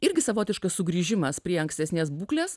irgi savotiškas sugrįžimas prie ankstesnės būklės